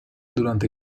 durante